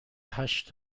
هشت